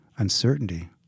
Uncertainty